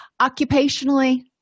Occupationally